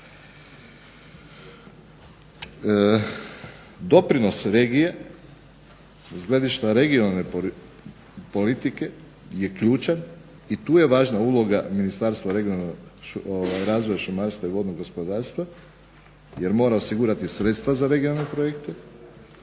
Doprinos regije s gledišta regionalne politike je ključan i tu je važna uloga Ministarstva regionalnog razvoja, šumarstva i vodnog gospodarstva, jer mora osigurati sredstva za regionalne projekte